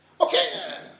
Okay